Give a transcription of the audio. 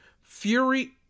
Fury